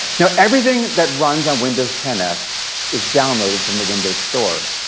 now, everything that runs on windows ten s is downloaded from the windows store,